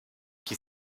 qui